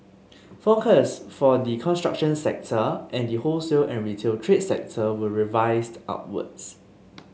forecasts for the construction sector and the wholesale and retail trade sector were revised upwards